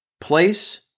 Place